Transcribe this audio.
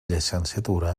llicenciatura